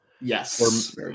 Yes